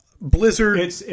blizzard